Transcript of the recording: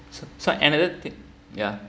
so so another thing ya so another